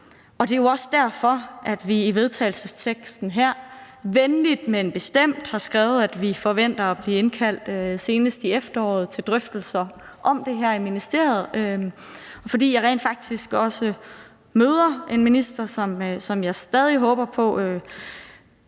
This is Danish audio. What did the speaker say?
Det er jo også derfor, at vi i vedtagelsesteksten her venligt, men bestemt har skrevet, at vi forventer at blive indkaldt senest i efteråret til drøftelser om det her i ministeriet. For jeg møder en minister, som jeg rent faktisk stadig håber på